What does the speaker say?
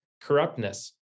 corruptness